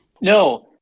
No